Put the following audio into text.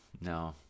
No